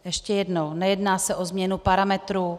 Ještě jednou, nejedná se o změnu parametrů.